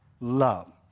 love